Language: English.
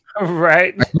Right